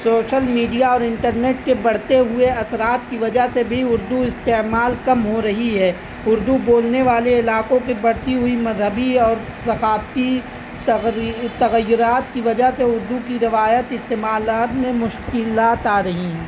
social media اور internet کے بڑھتے ہوئے اثرات کی وجہ سے بھی اردو استعمال کم ہو رہی ہے اردو بولنے والے علاقوں میں بڑھتی ہوئی مذہبی اور ثقافتی تغیرات کی وجہ سے اردو کی روایت استعمال میں مشکلات آ رہی ہیں